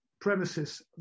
premises